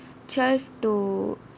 twelve to